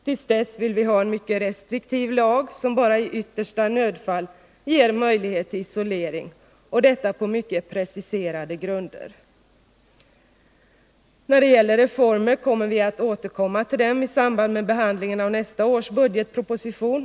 Till dess vill vi ha en mycket restriktiv lag som bara i yttersta nödfall ger möjlighet till isolering, och detta på mycket preciserade grunder. När det gäller reformer kommer vi att återkomma till dem i samband med behandlingen av nästa års budgetproposition.